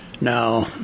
Now